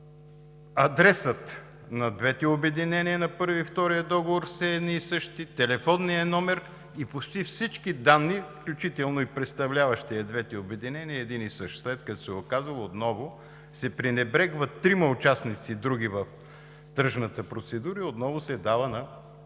адресът на двете обединения на първия и втория договор е един и същ, телефонният номер и почти всички данни, включително и представляващият двете обединения, е един и същ. След като се е отказал, се пренебрегват други трима участници в тръжната процедура и отново се дава на